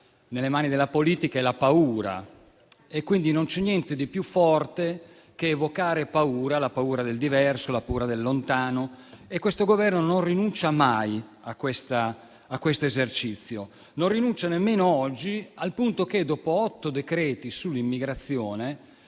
nelle mani della politica è la paura. Non c'è niente di più forte che evocare paura: la paura del diverso, la paura del lontano. Questo Governo non rinuncia mai a questo esercizio. Non vi rinuncia nemmeno oggi, al punto che, dopo otto decreti sull'immigrazione,